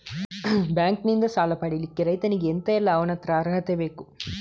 Bank ನಿಂದ ಸಾಲ ಪಡಿಲಿಕ್ಕೆ ರೈತನಿಗೆ ಎಂತ ಎಲ್ಲಾ ಅವನತ್ರ ಅರ್ಹತೆ ಬೇಕು?